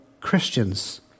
Christians